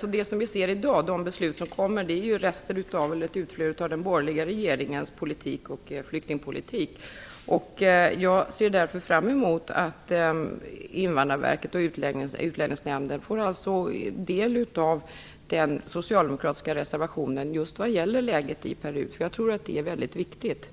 beslut som vi ser i dag på det här området är ju rester eller ett utflöde av den borgerliga regeringens flyktingpolitik. Jag ser därför fram emot att Invandrarverket och Utlänningsnämnden får del av den socialdemokratiska reservationen just vad gäller läget i Peru. Jag tror nämligen att det är väldigt viktigt.